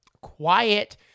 quiet